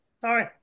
Sorry